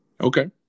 Okay